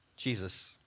Jesus